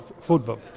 Football